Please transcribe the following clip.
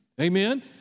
Amen